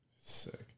Sick